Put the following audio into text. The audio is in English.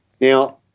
Now